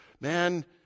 man